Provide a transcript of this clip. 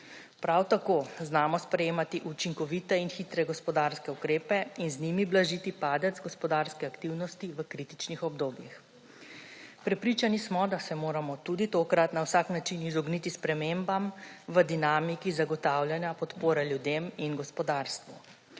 Prav tako znamo sprejemati učinkovite in hitre gospodarske ukrepe in z njimi blažiti padec gospodarske aktivnosti v kritičnih obdobjih. Prepričani smo, da se moramo tudi tokrat na vsak način izogniti spremembam v dinamiki zagotavljanja podpore ljudem in gospodarstvu.